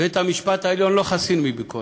בית-המשפט העליון לא חסין מביקורת,